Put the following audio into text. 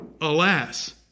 Alas